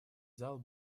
зал